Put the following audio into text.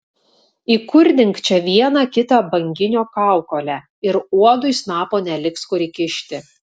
įkurdink čia vieną kitą banginio kaukolę ir uodui snapo neliks kur įkišti